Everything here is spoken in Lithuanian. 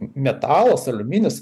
metalas aliuminis